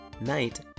night